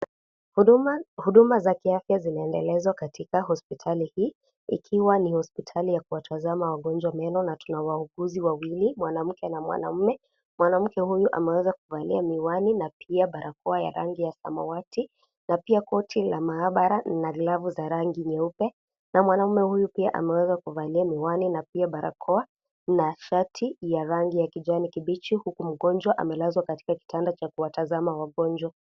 Huduma za kiafya zinaendelezwa katika hospitali hii ikiwa ni hospitali ya kuwatazama wagonjwa meno na tuna wauguzi wawili mwanamke na mwanaume ,mwanamke huyu ameweza kuvalia mihiwani na pia barakoa ya rangi ya samawati na pia koti la maabara na glafu za rangi nyeupe na mwanaume pia ameweza kuvalia mihiwani na pia barakoa na shati ya rangi ya kijani kibichi huku mgonjwa amelazwa kwenye kitanda cha kutazama wagonjwa.